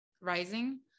rising